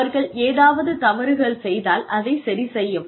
அவர்கள் ஏதாவது தவறுகள் செய்தால் அதை சரிசெய்யவும்